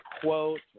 quote